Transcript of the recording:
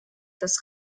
das